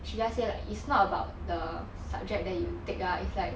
she just say like it's not about the subject that you take lah it's like